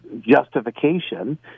justification